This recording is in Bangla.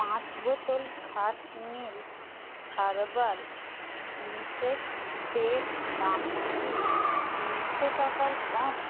পাঁচ বোতল খাটনিল হার্বাল ইনসেক্ট স্প্রের দাম কি তিনশো টাকার কম